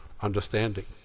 understanding